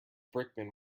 brickman